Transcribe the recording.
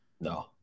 No